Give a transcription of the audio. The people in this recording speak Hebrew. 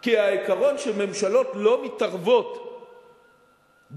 כי העיקרון של ממשלות לא מתערבות בפוליטיקה,